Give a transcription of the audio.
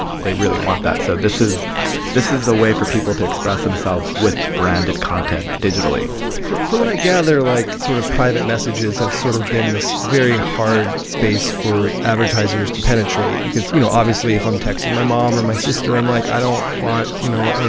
they really want that. so this is this is a way for people to express themselves with branded content digitally so from what i gather, like, sort of private messages have sort of been this very hard space for advertisers to penetrate because, you know, obviously if i'm texting my mom or my sister, i'm like, i don't want, you know,